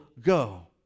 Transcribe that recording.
go